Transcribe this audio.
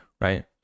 right